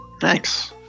Thanks